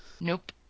Nope